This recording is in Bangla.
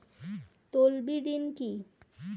তলবি ঋন কি?